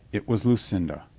it was lucinda,